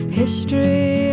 history